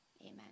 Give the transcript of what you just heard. Amen